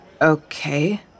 Okay